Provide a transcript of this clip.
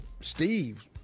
Steve